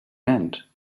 hand